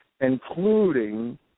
including